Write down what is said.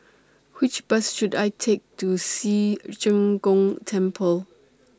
Which Bus should I Take to Ci Zheng Gong Temple